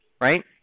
right